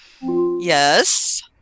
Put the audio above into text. Yes